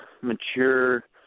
mature